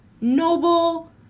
noble